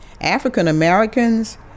African-Americans